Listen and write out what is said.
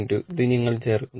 2 ഇത് നിങ്ങൾ ചേർക്കുന്നു